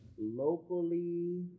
locally